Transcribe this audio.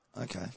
Okay